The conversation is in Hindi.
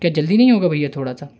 क्या जल्दी नहीं होगा भैया थोड़ा सा